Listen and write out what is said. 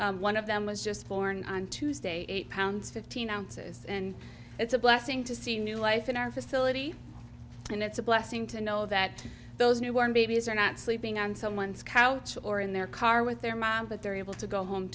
one of them was just born on tuesday eight pounds fifteen ounces and it's a blessing to see a new life in our facility and it's a blessing to know that those newborn babies are not sleeping on someone's couch or in their car with their mom but they're able to go home